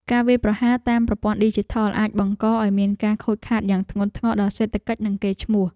ការវាយប្រហារតាមប្រព័ន្ធឌីជីថលអាចបង្កឱ្យមានការខូចខាតយ៉ាងធ្ងន់ធ្ងរដល់សេដ្ឋកិច្ចនិងកេរ្តិ៍ឈ្មោះ។